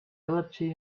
allergy